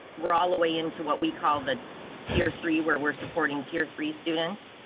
we're all the way into what we call the tier three where we're supporting tier three students